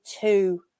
two